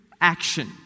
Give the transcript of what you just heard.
action